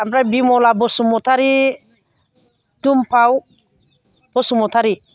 ओमफ्राय बिम'ला बसुमतारि तुम्फाव बसुमतारि